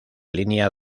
línea